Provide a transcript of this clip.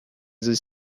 this